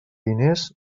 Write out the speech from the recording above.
diners